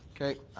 okay.